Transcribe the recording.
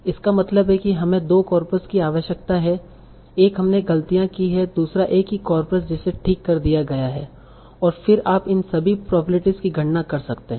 इसका मतलब है कि हमें 2 कॉर्पस की आवश्यकता है एक हमने गलतियाँ की हैं दूसरा एक ही कॉर्पस जिसे ठीक कर दिया गया है और फिर आप इन सभी प्रोबेब्लिटीस की गणना कर सकते हैं